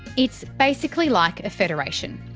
it's basically like a federation.